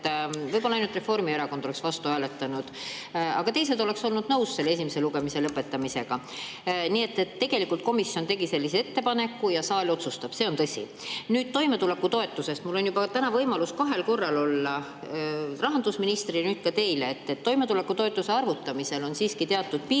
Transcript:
võib-olla ainult Reformierakond oleks vastu hääletanud, aga teised oleksid olnud nõus esimese lugemise lõpetamisega. Nii et tegelikult komisjon tegi sellise ettepaneku ja saal otsustab, see on tõsi. Nüüd toimetulekutoetusest. Mul on täna olnud võimalus juba kahel korral küsida, rahandusministrilt ja nüüd ka teilt. Toimetulekutoetuse arvutamisel on siiski teatud piirid